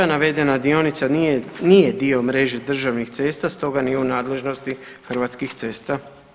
Navedena dionica nije dio mreže državnih cesta stoga nije u nadležnosti Hrvatskih cesta.